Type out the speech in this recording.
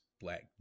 black